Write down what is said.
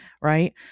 right